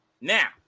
Now